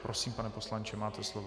Prosím, pane poslanče, máte slovo.